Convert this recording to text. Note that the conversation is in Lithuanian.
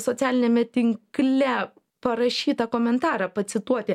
socialiniame tinkle parašytą komentarą pacituoti